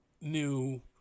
new